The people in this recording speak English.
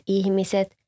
ihmiset